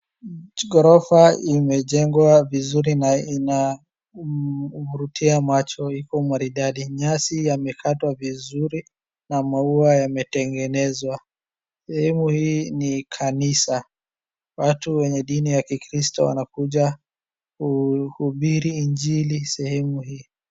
Gorofa imejengwa vizuri na inavurutia macho, iko maridadi. Nyasi yamekatwa vizuri na maua yametengenezwa. Sehemu hii ni kanisa. Watu wenye dini ya kikristo wanakuja kuhubiri injili sehemu hii.